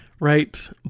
right